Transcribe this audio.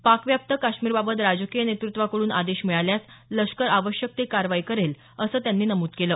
पाकव्याप्त काश्मीरबाबत राजकीय नेतृत्वाकडून आदेश मिळाल्यास लष्कर आवश्यक ती कारवाई करेल असं त्यांनी नमूद केलं